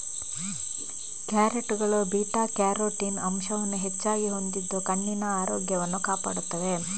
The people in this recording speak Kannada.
ಕ್ಯಾರೆಟುಗಳು ಬೀಟಾ ಕ್ಯಾರೋಟಿನ್ ಅಂಶವನ್ನು ಹೆಚ್ಚಾಗಿ ಹೊಂದಿದ್ದು ಕಣ್ಣಿನ ಆರೋಗ್ಯವನ್ನು ಕಾಪಾಡುತ್ತವೆ